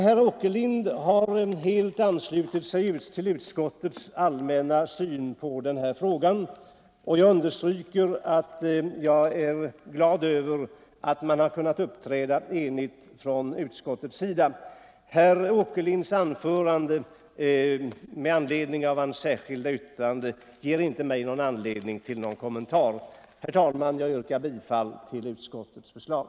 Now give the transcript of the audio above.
Herr Åkerlind har helt anslutit sig till utskottets allmänna syn på denna fråga. Jag understryker att jag är glad över att utskottet kunnat uppträda enigt. Herr Åkerlinds anförande med anledning av hans särskilda yttrande ger mig därför inte anledning till någon kommentar. Herr talman! Jag yrkar bifall till utskottets förslag.